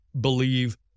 believe